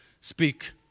speak